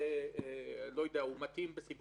אלה גניבות ספרותיות חמורות ביותר.